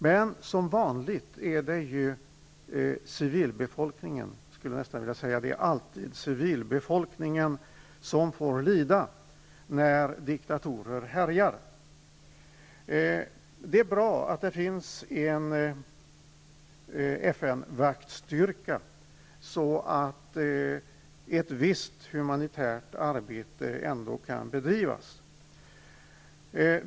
Men som vanligt är det civilbefolkningen -- jag skulle vilja säga att det alltid är civilbefolkningen -- som får lida när diktatorer härjar. Det är bra att det finns en FN-vaktstyrka, så att ett visst humanitärt arbete ändå kan bedrivas i Irak.